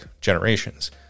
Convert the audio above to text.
generations